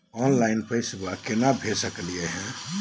Online पैसवा केना भेज सकली हे?